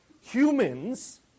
humans